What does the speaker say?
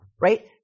right